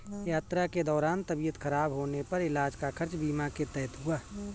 यात्रा के दौरान तबियत खराब होने पर इलाज का खर्च बीमा के तहत हुआ